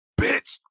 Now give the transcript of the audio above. bitch